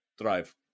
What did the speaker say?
Drive